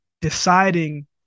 deciding